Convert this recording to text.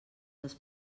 dels